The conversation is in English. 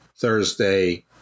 Thursday